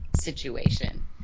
situation